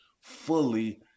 fully